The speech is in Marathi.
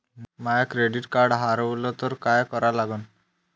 माय क्रेडिट कार्ड हारवलं तर काय करा लागन?